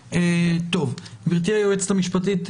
גברתי היועצת המשפטית,